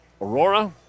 Aurora